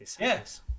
Yes